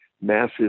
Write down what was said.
massive